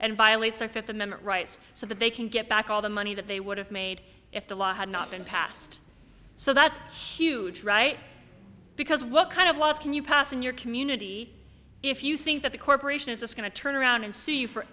and violates their fifth amendment rights so that they can get back all the money that they would have made if the law had not been passed so that's huge right because what kind of laws can you pass in your community if you think that the corporation is just going to turn around and see you for